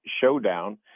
showdown